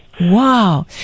Wow